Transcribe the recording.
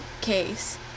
case